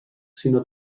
sinó